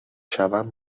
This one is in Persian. شوم